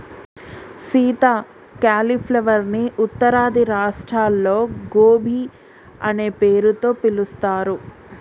Sita cauliflower ని ఉత్తరాది రాష్ట్రాల్లో గోబీ అనే పేరుతో పిలుస్తారు